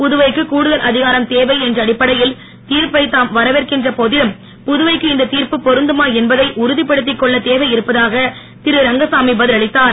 புதுவைக்கு கூடுதல் அதிகாரம் தேவை என்ற அடிப்படையில் தீர்ப்பை தாம் வரவேற்கின்ற போதிலும் புதுவைக்கு இந்த திர்ப்பு பொருந்துமா என்பதை உறுதிப்படுத்திக் கொள்ளத் தேவை இருப்பதாக திருரங்கசாமி பதில் அளித்தார்